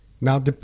Now